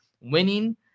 Winning